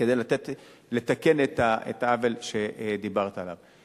כדי לתקן את העוול שדיברת עליו.